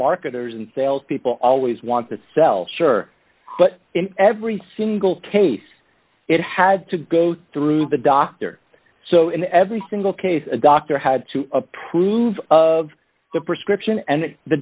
marketers and salespeople always want to sell sure but in every single case it had to go through the doctor so in every single case a doctor had to approve of the prescription and the